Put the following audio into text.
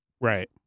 right